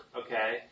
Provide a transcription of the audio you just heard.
okay